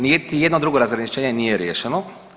Niti jedno drugo razgraničenje nije riješeno.